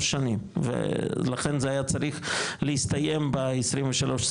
שנים ולכן זה היה צריך להסתיים ב-23-24,